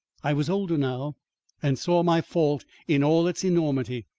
i was older now and saw my fault in all its enormity.